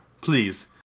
Please